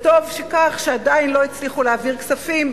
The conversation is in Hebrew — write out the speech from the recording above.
טוב שעדיין לא הצליחו להעביר כספים,